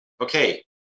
Okay